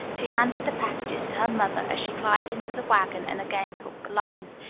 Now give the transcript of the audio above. she handed the packages to her mother as she climbed into the wagon and again took the lines,